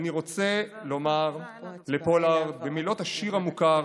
אני רוצה לומר לפולארד במילות השיר המוכר: